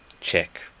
check